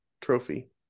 trophy